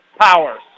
Powers